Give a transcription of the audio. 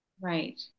Right